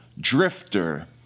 Drifter